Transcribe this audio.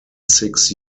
six